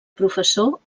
professor